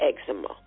eczema